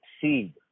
seed